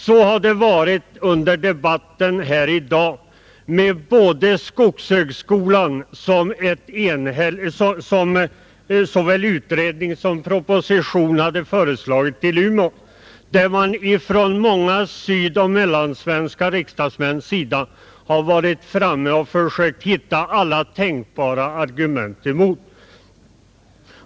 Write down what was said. Så har det varit under debatten här i dag med skogshögskolan — som såväl av utredningen som i propositionen föreslagits bli förlagd till Umeå — där många sydoch mellansvenska riksdagsmän har varit framme och försökt hitta alla tänkbara argument emot.